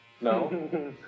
No